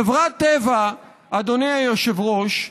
חברת טבע, אדוני היושב-ראש,